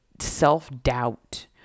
self-doubt